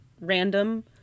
random